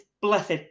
blessed